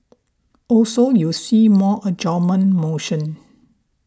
also you see more adjournment motions